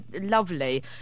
lovely